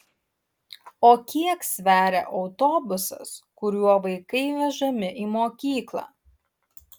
o kiek sveria autobusas kuriuo vaikai vežami į mokyklą